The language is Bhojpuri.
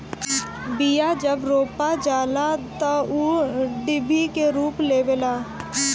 बिया जब रोपा जाला तअ ऊ डिभि के रूप लेवेला